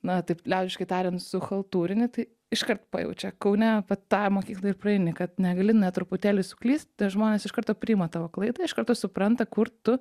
na taip liaudiškai tariant suchaltūrini tai iškart pajaučia kaune tą mokyklą ir praeini kad negali net truputėlį suklyst nes žmonės iš karto priima tavo klaidą iš karto supranta kur tu